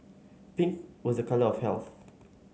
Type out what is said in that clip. pink was a colour of health